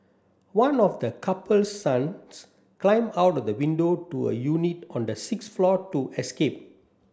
one of the couple's sons climbed out of the window to a unit on the sixth floor to escape